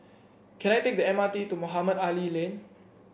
can I take the M R T to Mohamed Ali Lane